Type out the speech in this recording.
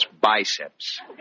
biceps